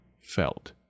felt